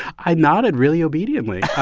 i nodded really obediently yeah